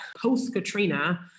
post-Katrina